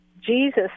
jesus